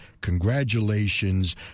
Congratulations